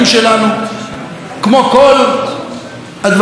כמו כל הדברים המוצלחים שראש הממשלה,